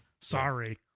Sorry